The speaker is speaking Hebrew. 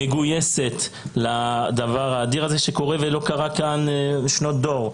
מגויסת לדבר האדיר הזה שקורה ולא קרה כאן שנות דור,